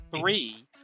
three